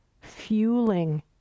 fueling